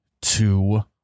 two